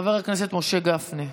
חבר הכנסת משה גפני.